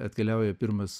atkeliauja pirmas